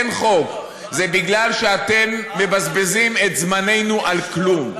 אין חוק, וזה מפני שאתם מבזבזים את זמננו על כלום.